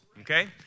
okay